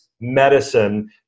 Medicine